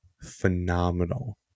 Phenomenal